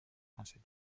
français